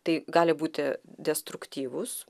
tai gali būti destruktyvūs